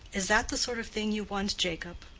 is that the sort of thing you want, jacob?